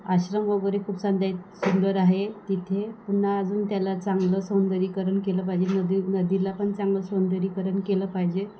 आश्रम वगैरे खूप चांद्या सुंदर आहे तिथे पुन्हा अजून त्याला चांगलं सौंदर्यीकरण केलं पाहिजे नदी नदीला पण चांगलं सौंदर्यीकरण केलं पाहिजे